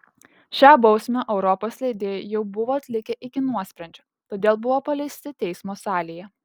šią bausmę europos leidėjai jau buvo atlikę iki nuosprendžio todėl buvo paleisti teismo salėje